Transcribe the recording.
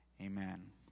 Amen